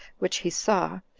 which he saw,